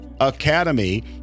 academy